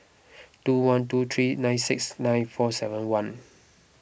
two one two three nine six nine four seven one